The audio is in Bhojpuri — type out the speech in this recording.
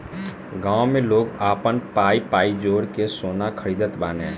गांव में लोग आपन पाई पाई जोड़ के सोना खरीदत बाने